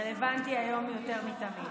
רלוונטי היום יותר מתמיד: